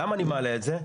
למה אני מעלה את זה.